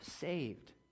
saved